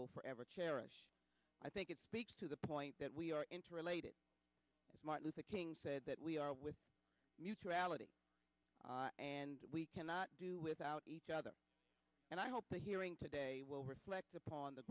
will forever cherish i think it speaks to the point that we are interrelated martin luther king said that we are with ality and we cannot do without each other and i hope the hearing today lect upon the